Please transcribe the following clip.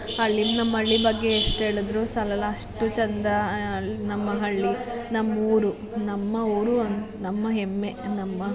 ಹಳ್ಳಿ ನಮ್ಮ ಹಳ್ಳಿ ಬಗ್ಗೆ ಎಷ್ಟು ಹೇಳಿದರೂ ಸಾಲೋಲ್ಲ ಅಷ್ಟು ಚಂದ ನಮ್ಮ ಹಳ್ಳಿ ನಮ್ಮೂರು ನಮ್ಮ ಊರು ನಮ್ಮ ಹೆಮ್ಮೆ ನಮ್ಮ